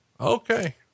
Okay